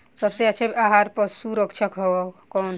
सबसे अच्छा आहार पूरक पशु कौन ह?